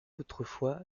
autrefois